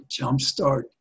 jumpstart